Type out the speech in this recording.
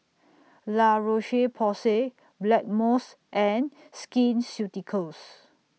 La Roche Porsay Blackmores and Skin Ceuticals